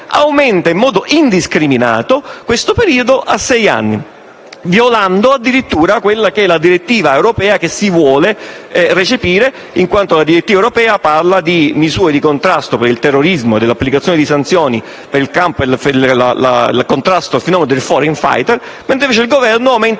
aumenta in modo indiscriminato questo periodo a sei anni, violando addirittura la direttiva europea che si vuole recepire in quanto la stessa direttiva parla di misure di contrasto al terrorismo e applicazione di sanzioni per il contrasto al fenomeno dei *foreign fighter* mentre il Governo aumenta